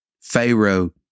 Pharaoh